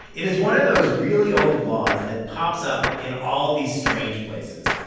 it is one of those really old laws that pops up in all these strange places.